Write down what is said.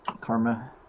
Karma